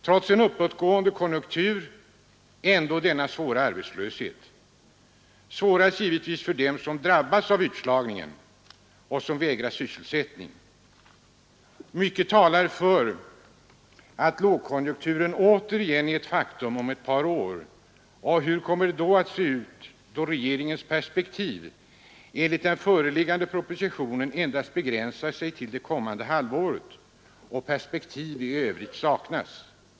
Trots en uppåtgående konjunktur har vi alltså denna svåra arbetslöshet, svårast givetvis för dem som drabbas av utslagningen och som vägras sysselsättning. Mycket talar för att lågkonjunkturen återigen är ett faktum om ett par år. Hur kommer det då att se ut? Det är en fråga som man måste ställa med hänsyn till att regeringens perspektiv enligt den föreliggande propositionen begränsar sig till det kommande halvåret och att perspektiv i övrigt saknas.